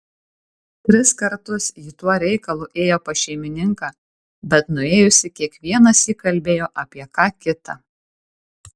tris kartus ji tuo reikalu ėjo pas šeimininką bet nuėjusi kiekvienąsyk kalbėjo apie ką kita